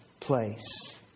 place